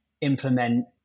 implement